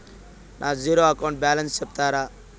నా zero account balance సెప్తారా?